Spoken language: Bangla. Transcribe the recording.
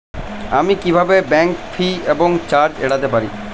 আমি কিভাবে ব্যাঙ্ক ফি এবং চার্জ এড়াতে পারি?